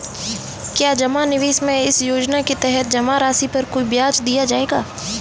क्या जमा निवेश में इस योजना के तहत जमा राशि पर कोई ब्याज दिया जाएगा?